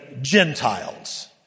Gentiles